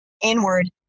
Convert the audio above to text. inward